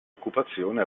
occupazione